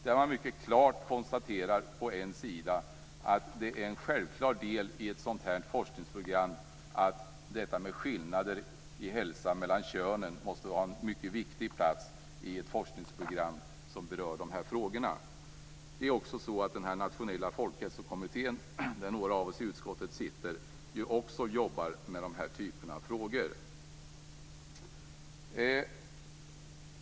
Jag blev glad när jag såg att man där på en sida mycket klart konstaterar att en självklar del i ett sådant här forskningsprogram är att frågan om skillnader i hälsa mellan könen måste ha en mycket viktig plats i ett forskningsprogram som berör de här frågorna. Den nationella folkhälsokommittén, där några av oss i utskottet sitter, jobbar också med den typen av frågor.